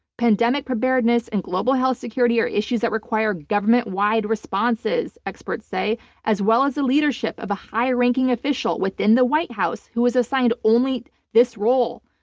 pandemic preparedness and global health security are issues that require government-wide responses experts say as well as the leadership of a high-ranking official within the white house who is assigned only this role.